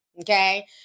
Okay